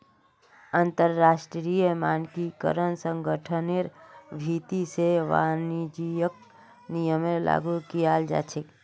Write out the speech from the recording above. अंतरराष्ट्रीय मानकीकरण संगठनेर भीति से वाणिज्यिक नियमक लागू कियाल जा छे